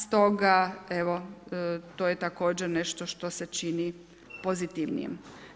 Stoga evo to je također nešto što se čini pozitivnijim.